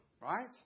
right